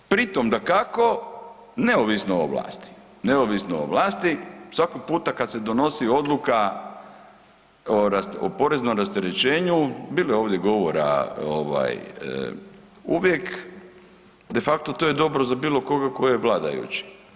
Pri tom dakako, neovisno o vlasti, neovisno o vlasti svaki puta kada se donosi odluka o poreznom rasterećenju, bilo je ovdje govora uvijek de facto to je dobro za bilo tko je vladajući.